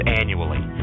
annually